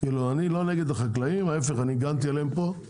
אני לא נגד החקלאים להיפך, אני הגנתי עליהם פה.